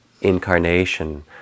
incarnation